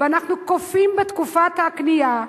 ואנחנו קופאים בזמן הקנייה,